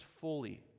fully